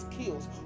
skills